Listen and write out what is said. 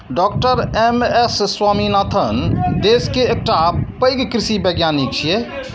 डॉ M S Swaminathan देश के एकटा पैघ कृषि वैज्ञानिक छियै